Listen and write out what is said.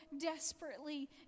desperately